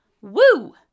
Woo